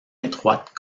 étroite